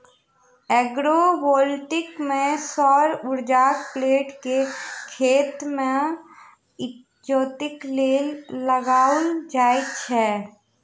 agrovoltaic मे सौर उर्जाक प्लेट के खेत मे इजोतक लेल लगाओल जाइत छै